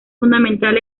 fundamental